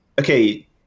okay